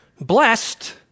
blessed